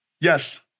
yes